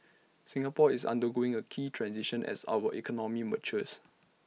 Singapore is undergoing A key transition as our economy matures